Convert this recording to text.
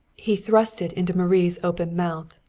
he thrust it into marie's open mouth.